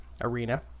arena